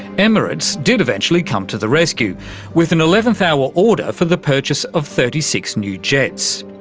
emirates did eventually come to the rescue with an eleventh hour order for the purchase of thirty six new jets.